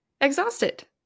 exhausted